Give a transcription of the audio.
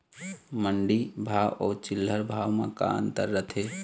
मंडी भाव अउ चिल्हर भाव म का अंतर रथे?